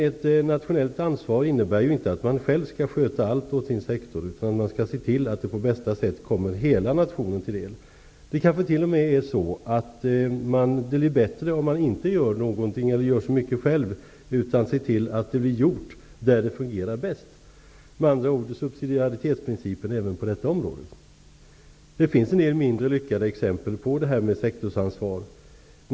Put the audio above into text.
Ett nationellt ansvar innebär inte att man själv skall sköta allt åt sin sektor, utan man skall se till att det på bästa sätt kommer hela nationen till del. Det kanske t.o.m. blir bättre om man inte gör så mycket själv utan i stället ser till att saker och ting blir gjorda där det fungerar bäst. Med andra ord bör subsidiaritetsprincipen även gälla på detta område. Det finns en del mindre lyckade exempel på hur sektorsansvar har fungerat.